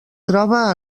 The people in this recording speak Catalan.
troba